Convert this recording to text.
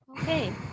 Okay